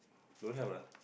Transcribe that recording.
don't have lah